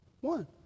One